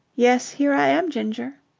yes, here i am, ginger.